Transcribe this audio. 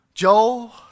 Joel